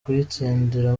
kuyitsindira